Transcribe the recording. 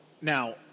now